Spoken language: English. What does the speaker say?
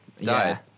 died